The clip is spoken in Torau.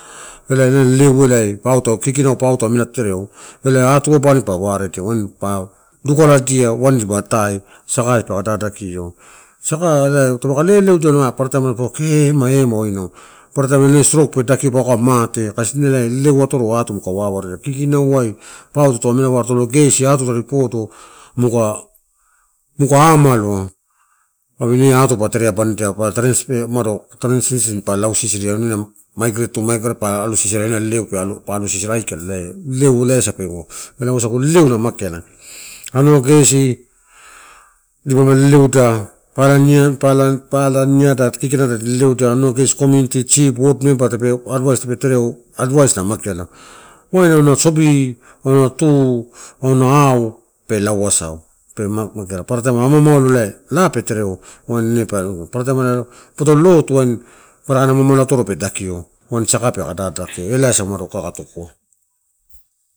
Elana leleu elai pauto kikinauai, pauto mena tereo ela atu abani pa waredia wain pa dukaladia wain atae saka peke dadakio. Saka elai taupaka leleudia ela paparataim paua. Kee ema ema uaina u, paparataim ine strok pe dakio pau pa mate, kasi ine leleu atoro atu muka wawaredia, kikinauai pau tato amela ua, are talo gesi atu tadi podo? Muka-muka amaloa, aniani eh atu pa tere abanidia, pa trenspe umado trensisin, pa lau sisiri maigret tu maigra alo sisiri wain ena lleleu pa alo sisiri kai leleu ela wasagu leleu na mageala. Anua gesi dipalama leleuda pala niala, pala-pala, neada, kikinadai di leleuda, anua gegesi, community, chief, wot member advice tape tereo, advice na mageala wain auna sobi auna tu, auna au pe lau asau, pe magea. Paparataim ama amalo elai la pe tereo wain ine pa, poto lotu ama amalo atoro pe dakio wain saka peka dadakio, elai asa kaua kai tukuo.